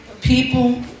people